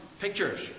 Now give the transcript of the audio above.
pictures